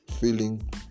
feeling